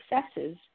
successes